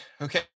Okay